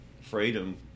freedom